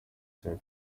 cyane